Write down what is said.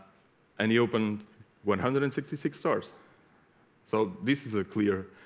and he opened one hundred and sixty six stores so this is a clearer